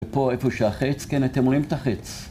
ופה איפה שהחץ, כן אתם רואים את החץ